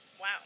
Wow